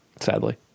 Sadly